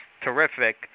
terrific